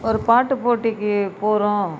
ஒரு பாட்டு போட்டிக்கு போகிறோம்